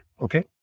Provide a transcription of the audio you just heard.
Okay